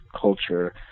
culture